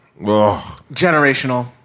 Generational